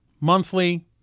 monthly